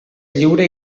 lliure